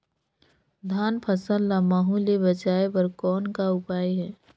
धान फसल ल महू ले बचाय बर कौन का उपाय हे?